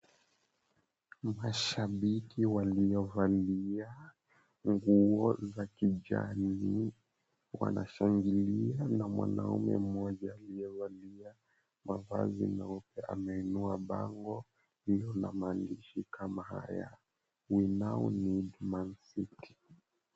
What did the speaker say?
Mashabiki waliovalia nguo za kijani wanashangiliana mwanaume mmoja aliyevalia mavazi meupe ameinua bango iliyona maandishi kama haya, WE KNOW NEED MAN CITY .